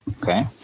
Okay